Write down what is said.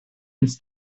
ins